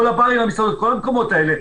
כל המקומות האלה,